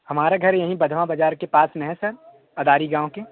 हमारा घर यही बधवा बाज़ार के पास में है सर अदाड़ी गाँव के